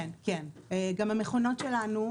לדעתנו,